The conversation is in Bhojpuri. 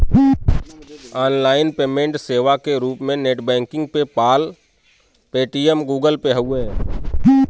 ऑनलाइन पेमेंट सेवा क रूप में net banking PayPal, Paytm, Google Pay हउवे